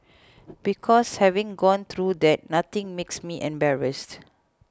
because having gone through that nothing makes me embarrassed